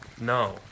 no